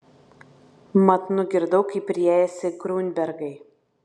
mat nugirdau kaip riejasi griunbergai